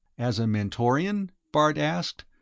as a mentorian? bart asked,